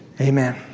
amen